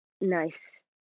nice